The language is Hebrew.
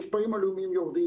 המספרים ירדו.